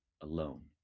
alone